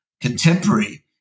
contemporary